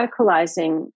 radicalizing